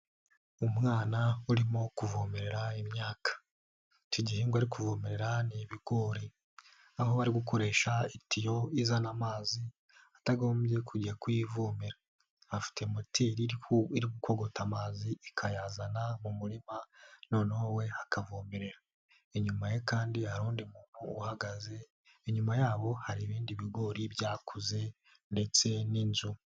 Umwana urimo kuvomerera imyaka, icyogengwa ari kuvomerera ni ibigori aho bari gukoresha itiro izana amazi atagombye kujya kuyivomera, afite moteri irigukogota amazi ikayazana mu murima noneho we akavomerera. Inyuma ye kandi hari undi muntu uhagaze inyuma yabo hari ibindi bigori byakuze ndetse n'inzu.